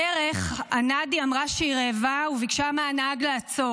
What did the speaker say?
בדרך, הנאדי אמרה שהיא רעבה וביקשה מהנהג לעצור.